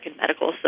Medical